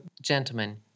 Gentlemen